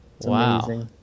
Wow